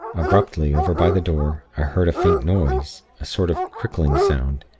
abruptly, over by the door, i heard a faint noise a sort of crickling sound,